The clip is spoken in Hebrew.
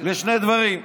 לשני דברים.